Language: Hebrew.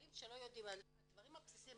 עולים שלא יודעים את הדברים הבסיסיים,